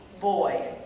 Boy